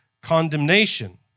condemnation